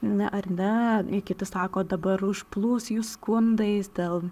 ne ar ne kiti sako dabar užplūs jų skundais dėl